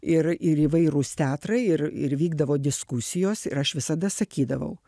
ir ir įvairūs teatrai ir ir vykdavo diskusijos ir aš visada sakydavau